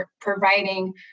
providing